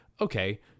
okay